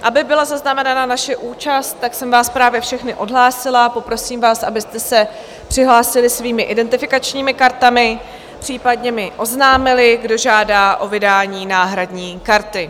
Aby byla zaznamenána naše účast, tak jsem vás právě všechny odhlásila a poprosím vás, abyste se přihlásili svými identifikačními kartami, případně mi oznámili, kdo žádá o vydání náhradní karty.